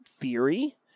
theory